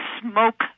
smoke